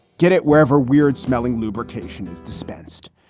get it wherever weird smelling lubrication is dispensed.